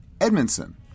Edmondson